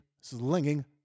slinging